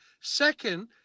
second